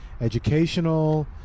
educational